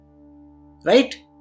Right